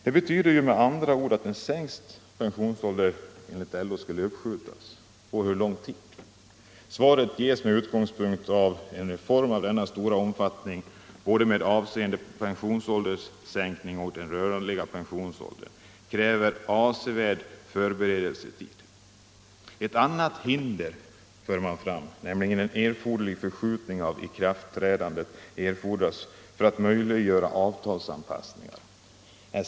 Det betyder med andra ord att sänkningen av pensionsåldern enligt LO bör uppskjutas, eftersom en reform av denna stora omfattning kräver avservärd förberedelsetid. Ett annat hinder som anförs är att ikraftträdandet måste förskjutas för att möjliggöra avtalsanpassningar.